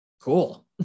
cool